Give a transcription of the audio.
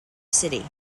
city